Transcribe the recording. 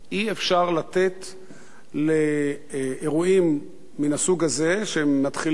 אי-אפשר לתת לאירועים מן הסוג הזה, שמתחילים